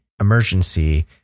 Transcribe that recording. emergency